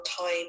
time